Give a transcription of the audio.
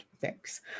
Thanks